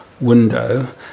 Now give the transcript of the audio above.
window